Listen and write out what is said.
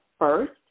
first